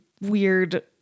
weird